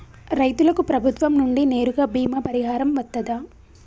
రైతులకు ప్రభుత్వం నుండి నేరుగా బీమా పరిహారం వత్తదా?